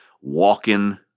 walking